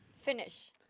Finish